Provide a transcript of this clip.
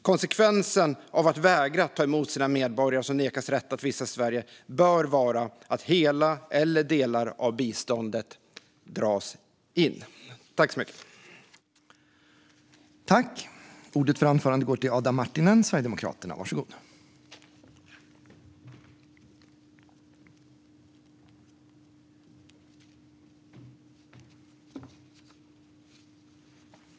Konsekvensen av att vägra ta emot sina medborgare som nekats rätt att vistas i Sverige bör vara att hela eller delar av biståndet dras in.